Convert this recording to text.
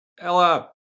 Ella